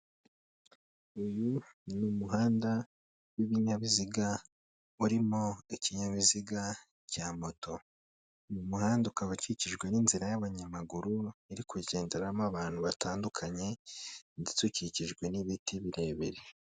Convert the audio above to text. Uyu ni umuhanda w'ibinyabiziga, urimo ikinyabiziga cya moto. Uyu muhanda ukaba ukikijwe n'inzira y'abanyamaguru iri kugenderamo abantu batandukanye ndetse ukikijwe n'ibiti birebire.